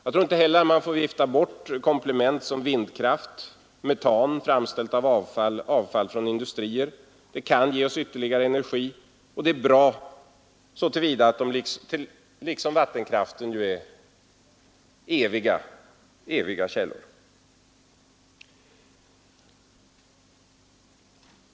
Jag tror att man heller inte får vifta bort komplement som vindkraft, metan framställt av avfall, avfall från industrier m.m., som kan ge oss ytterligare energi och som är bra så till vida att de liksom vattenkraften är eviga källor.